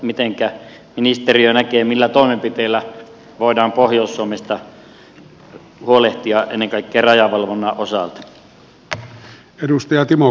mitenkä ministeriö näkee millä toimenpiteillä voidaan pohjois suomesta huolehtia ennen kaikkea rajavalvonnan osalta